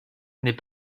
n’est